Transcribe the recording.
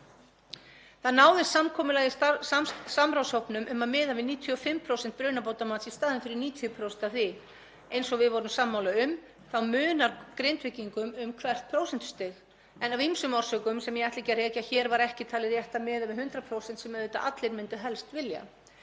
Það náðist samkomulag í samráðshópnum um að miða við 95% brunabótamats í staðinn fyrir 90% af því. Eins og við vorum sammála um þá munar Grindvíkinga um hvert prósentustig en af ýmsum orsökum sem ég ætla ekki að rekja hér var ekki talið rétt að miða við 100% sem auðvitað allir myndu helst vilja.